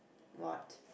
what